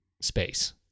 space